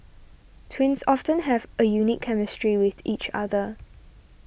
twins often have a unique chemistry with each other